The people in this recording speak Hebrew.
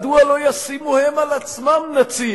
מדוע לא ישימו הם על עצמם נציב,